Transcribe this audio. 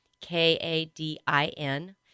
K-A-D-I-N